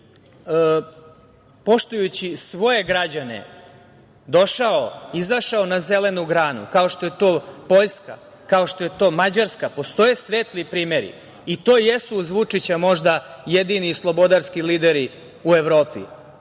i poštujući svoje građane, izašao na zelenu granu, kao što je to Poljska, kao što je to Mađarska. Postoje svetli primeri. To jesu uz Vučića možda jedini slobodarski lideri u Evropi.